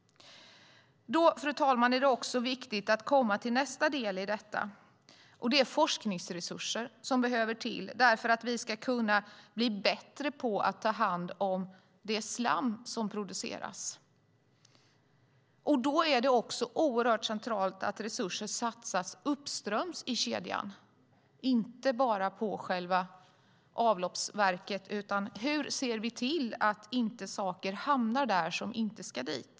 Därför, fru talman, är det viktigt att ta upp nästa del i detta, nämligen forskningsresurserna. Det behövs för att vi ska kunna bli bättre på att ta hand om det slam som produceras. Då är det oerhört centralt att resurser satsas uppströms i kedjan, inte bara på avloppsverk. Vi måste fråga oss hur vi ser till att saker som inte ska dit inte heller hamnar där.